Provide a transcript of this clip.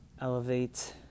elevate